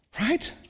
right